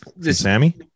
Sammy